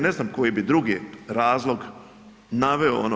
Ne znam koji bi drugi razlog naveo ono.